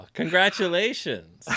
congratulations